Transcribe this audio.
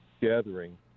gathering